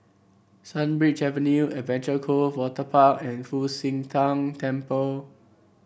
Sunbird Avenue Adventure Cove Waterpark and Fu Xi Tang Temple